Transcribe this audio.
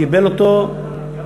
קיבל אותו,